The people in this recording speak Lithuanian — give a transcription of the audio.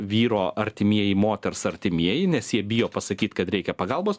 vyro artimieji moters artimieji nes jie bijo pasakyt kad reikia pagalbos